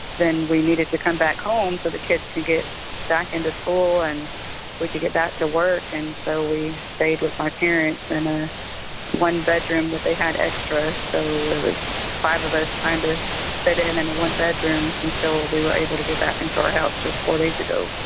then we needed to come back home. so the kids could get back into school, and we could get back to work. and so we stayed with my parents but in a one-bedroom that they had extra. so it was five of us trying to fit in in a one-bedroom until we were able to get back into our house just four days ago